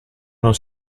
non